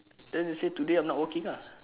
then they say today I am not working lah